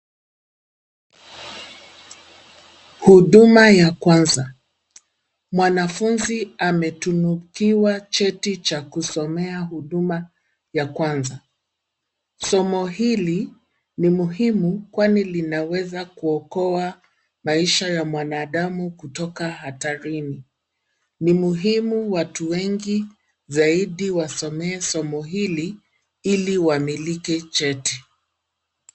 Huduma ya kwanza. Mwanafunzi ametunukiwa cheti cha kusomea huduma ya kwanza. Somo hili ni muhimu kwani linaweza kuokoa maisha ya mwanadamu kutoka hatarini. Ni muhimu watu wengi zaidi wasomee somo hili ili wamiliki cheti.